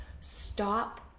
Stop